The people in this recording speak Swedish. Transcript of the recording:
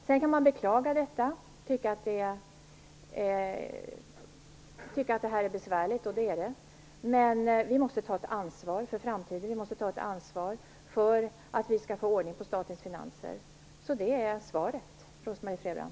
Sedan kan man beklaga detta och tycka att det är besvärligt - det är det. Men vi måste ta ett ansvar för att få ordning på statens finanser för framtiden. Det är svaret, Rose-Marie Frebran.